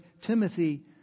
Timothy